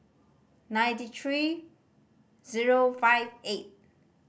ninety three zero five eight